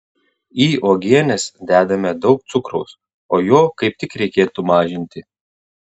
į uogienes dedame daug cukraus o jo kaip tik reikėtų mažinti